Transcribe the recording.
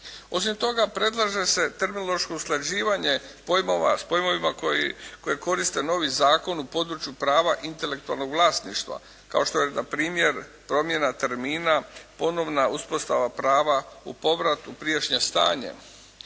Osim toga predlaže se terminološko usklađivanje pojmova s pojmovima koje koristi novi zakon u području prava intelektualnog vlasništva kao što je npr. promjena termina, ponovna uspostava prava u povrat u prijašnje stanje.